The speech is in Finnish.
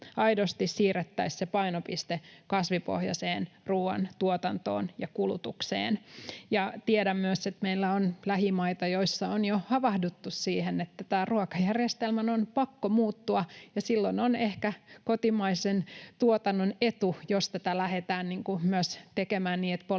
aidosti siirrettäisiin se painopiste kasvipohjaiseen ruuantuotantoon ja kulutukseen. Tiedän myös, että meillä on lähimaita, joissa on jo havahduttu siihen, että tämän ruokajärjestelmän on pakko muuttua, ja silloin on ehkä kotimaisen tuotannon etu, jos tätä lähdetään tekemään niin,